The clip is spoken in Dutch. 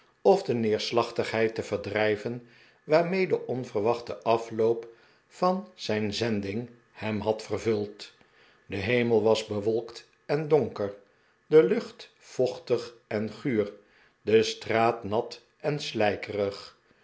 of de neerslachtigheid te verdrijven waarmee de onverwachte af loop van zijn zending hem had vervuld de hemel was bewolkt en donker de lucht vochtig en guur de straat nat en slijkerig